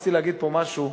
רציתי להגיד פה משהו,